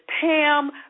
Pam